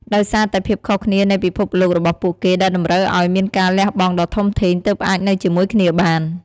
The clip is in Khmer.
ដោយសារតែភាពខុសគ្នានៃពិភពលោករបស់ពួកគេ ដែលតម្រូវឱ្យមានការលះបង់ដ៏ធំធេងទើបអាចនៅជាមួយគ្នាបាន ។